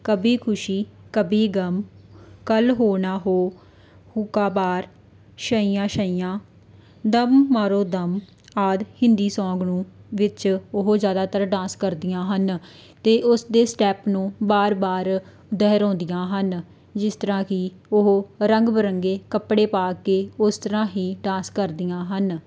ਕਭੀ ਖੁਸ਼ੀ ਕਭੀ ਗਮ ਕੱਲ੍ਹ ਹੋ ਨਾ ਹੋ ਉਕਾਬਾਰ ਸ਼ਈਆਂ ਸ਼ਈਆਂ ਦਮ ਮਾਰੋ ਦਮ ਆਦਿ ਹਿੰਦੀ ਸੌਗ ਨੂੰ ਵਿੱਚ ਉਹ ਜ਼ਿਆਦਾਤਰ ਡਾਂਸ ਕਰਦੀਆਂ ਹਨ ਅਤੇ ਉਸਦੇ ਸਟੈਪ ਨੂੰ ਵਾਰ ਵਾਰ ਦੁਹਰਾਉਂਦੀਆਂ ਹਨ ਜਿਸ ਤਰ੍ਹਾਂ ਕਿ ਉਹ ਰੰਗ ਬਿਰੰਗੇ ਕੱਪੜੇ ਪਾ ਕੇ ਉਸ ਤਰ੍ਹਾਂ ਹੀ ਡਾਂਸ ਕਰਦੀਆਂ ਹਨ